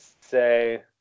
say